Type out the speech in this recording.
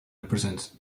represents